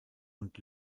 und